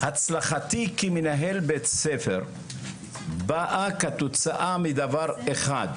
הצלחתי כמנהל בית ספר באה כתוצאה מדבר אחד,